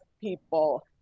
people